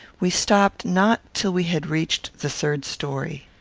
we stopped not till we had reached the third story.